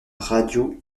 radio